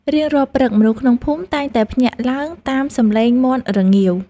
រៀងរាល់ព្រឹក មនុស្សក្នុងភូមិតែងតែភ្ញាក់ឡើងតាមសម្លេងមាន់រងាវ។